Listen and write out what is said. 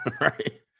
Right